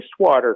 wastewater